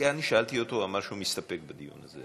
שאלתי אותו, הוא אמר שהוא מסתפק בדיוק.